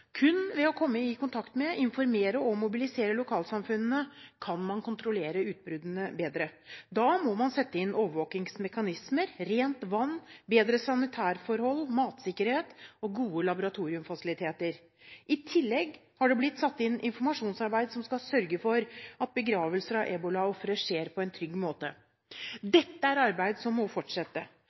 Kun ved å komme i kontakt med, informere og mobilisere lokalsamfunnene kan man kontrollere utbruddene bedre. Da må man sette inn overvåkingsmekanismer, rent vann og bedre sanitærforhold, matsikkerhet og gode laboratoriumfasiliteter. I tillegg har det blitt satt inn informasjonsarbeid som skal sørge for at begravelser av ebolaofre skjer på en trygg måte. Dette er arbeid som må fortsette.